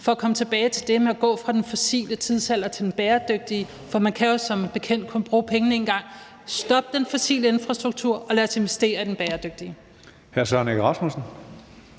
For at komme tilbage til det med at gå fra den fossile tidsalder til den bæredygtige – for man kan jo som bekendt kun bruge pengene én gang – vil jeg sige: Stop den fossile infrastruktur, og lad os investere i den bæredygtige.